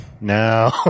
no